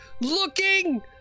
looking